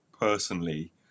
personally